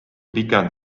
pikemat